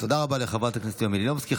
תודה רבה לחברת הכנסת יוליה מלינובסקי.